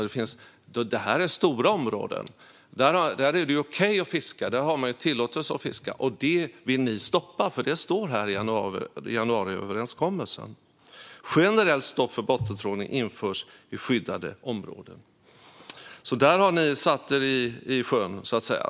Det är stora områden där det är okej att fiska. Man har tillåtelse att fiska där. Men det vill ni stoppa. Det står i januariöverenskommelsen att "ett generellt stopp för bottentrålning införs i skyddade områden". Där har ni alltså satt er i sjön, så att säga.